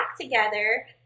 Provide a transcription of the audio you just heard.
together